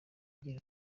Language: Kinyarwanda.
agira